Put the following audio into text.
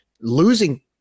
losing